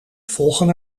volgen